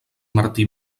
martí